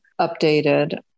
updated